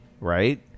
right